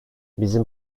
bizim